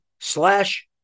slash